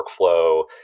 workflow